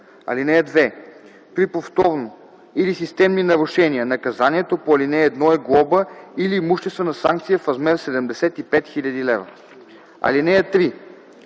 лв.” (2) При повторно или системни нарушения наказанието по ал. 1 е глоба или имуществена санкция в размер 75 000 лв. (3)